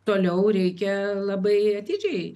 toliau reikia labai atidžiai